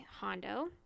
Hondo